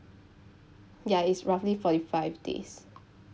ya it's roughly forty five days